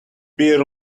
beer